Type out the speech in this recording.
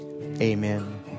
amen